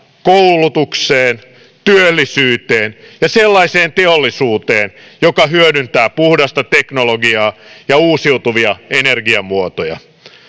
koulutukseen työllisyyteen ja sellaiseen teollisuuteen joka hyödyntää puhdasta teknologiaa ja uusiutuvia energiamuotoja